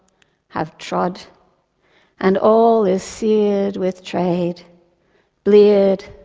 have trod and all is seared with trade bleared,